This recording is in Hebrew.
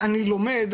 אני לומד,